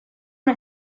una